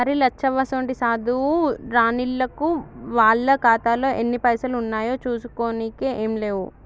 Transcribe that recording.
మరి లచ్చవ్వసోంటి సాధువు రానిల్లకు వాళ్ల ఖాతాలో ఎన్ని పైసలు ఉన్నాయో చూసుకోనికే ఏం లేవు